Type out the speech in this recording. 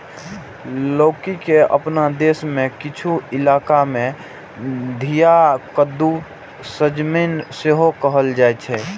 लौकी के अपना देश मे किछु इलाका मे घिया, कद्दू, सजमनि सेहो कहल जाइ छै